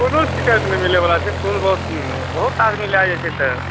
कोनो शिकायत नहि मिलैवला छै फूल बहुत बहुत आदमी लै जाइ छै तऽ